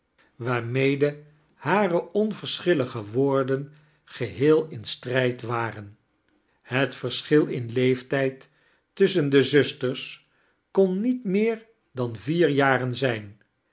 waarmed hare onverschillige woorden geheel in strijd waren het verschil in leeftijd tusschen d zusters kon niet meer dan vier jaren zijn